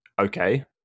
okay